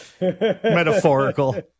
Metaphorical